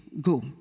go